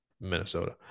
Minnesota